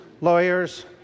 lawyers